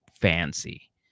fancy